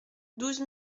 douze